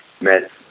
met